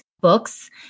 books